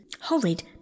horrid